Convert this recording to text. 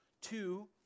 Two